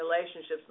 relationships